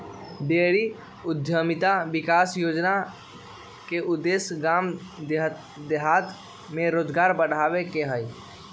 dairy उद्यमिता विकास योजना के उद्देश्य गाम देहात में रोजगार बढ़ाबे के हइ